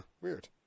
Weird